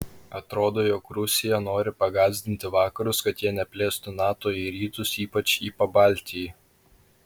atrodo jog rusija nori pagąsdinti vakarus kad jie neplėstų nato į rytus ypač į pabaltijį